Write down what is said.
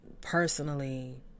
Personally